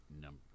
number